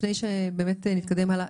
לפני שבאמת נתקדם הלאה,